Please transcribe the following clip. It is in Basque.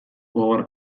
gogorra